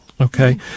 Okay